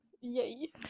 yay